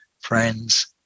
friends